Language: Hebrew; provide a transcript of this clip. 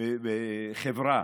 חברה